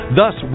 Thus